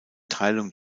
teilung